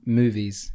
movies